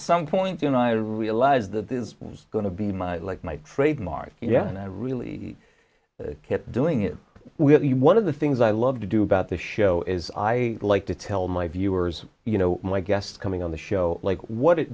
some point and i realized that this was going to be my like my trademark yeah and i really kept doing it we have one of the things i love to do about the show is i like to tell my viewers you know my guest coming on the show like what is